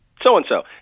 so-and-so